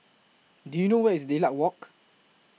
Do YOU know Where IS Lilac Walk